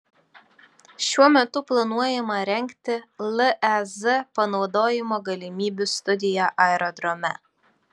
šiuo metu planuojama rengti lez panaudojimo galimybių studija aerodrome